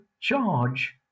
charge